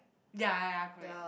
ya ya ya correct